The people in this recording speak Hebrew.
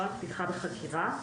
לא על פתיחה בחקירה,